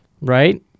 right